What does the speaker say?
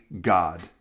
God